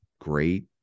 great